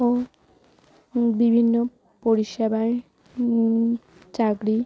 ও বিভিন্ন পরিষেবায় চাকরি